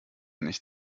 nicht